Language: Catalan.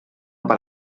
per